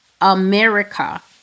America